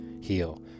heal